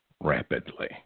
rapidly